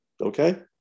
Okay